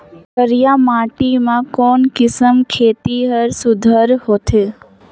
करिया माटी मा कोन किसम खेती हर सुघ्घर होथे?